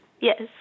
Yes